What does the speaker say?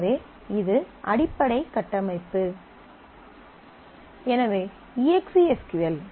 எனவே இது அடிப்படை கட்டமைப்பு எனவே EXEC எஸ் க்யூ எல்